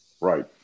Right